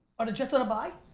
are the jets on a bi?